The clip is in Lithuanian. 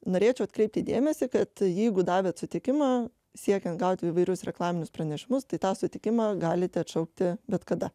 norėčiau atkreipti dėmesį kad jeigu davėt sutikimą siekiant gauti įvairius reklaminius pranešimus tai tą sutikimą galite atšaukti bet kada